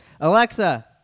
Alexa